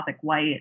White